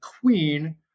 queen